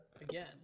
again